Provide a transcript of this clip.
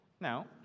Now